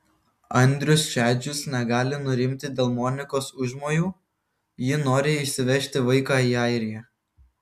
andrius šedžius negali nurimti dėl monikos užmojų ji nori išsivežti vaiką į airiją